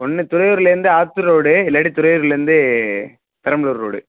ஒன்று துறையூர்லேருந்து ஆத்தூர் ரோடு இல்லாட்டி துறையூர்லேருந்து பெரம்பலூர் ரோடு